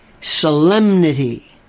solemnity